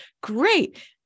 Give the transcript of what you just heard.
Great